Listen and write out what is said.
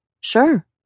Sure